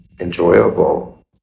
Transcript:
enjoyable